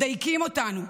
מדייקים אותנו.